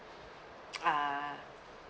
ah